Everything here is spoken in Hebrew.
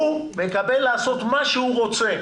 הוא מקבל אפשרות לעשות מה שהוא רוצה,